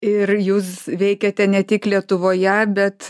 ir jūs veikiate ne tik lietuvoje bet